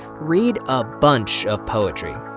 read a bunch of poetry.